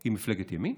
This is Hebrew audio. היא מפלגת ימין?